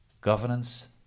governance